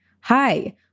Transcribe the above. Hi